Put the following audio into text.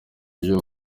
ibyo